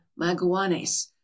Maguanes